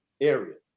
area